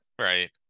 right